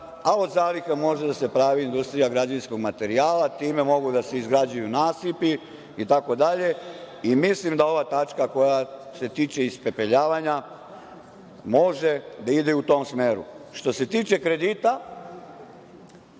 a od zaliha može da se pravi industrija građevinskog materijala, time mogu da se izgrađuju nasipi itd. Mislim da ova tačka koja se tiče ispepeljavanja može da ide u tom smeru. Što se tiče drugog